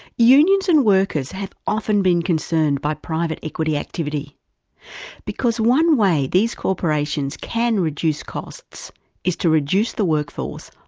unions and workers have often been concerned by private equity activity because one way these corporations can reduce costs is to reduce the workforce,